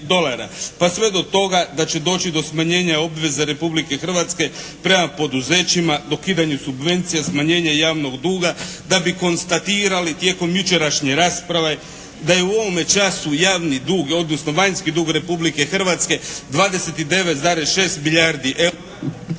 pa sve do tog da će doći do smanjenja obveze Republike Hrvatske prema poduzećima, dokidanju subvencija, smanjenje javnog duga, da bi konstatirali tijekom jučerašnje rasprave da je u ovome času javni dug, odnosno vanjski dug Republike Hrvatske 29,6 milijardi eura